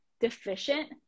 deficient